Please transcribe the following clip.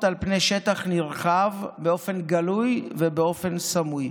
על פני שטח נרחב באופן גלוי ובאופן סמוי.